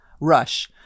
rush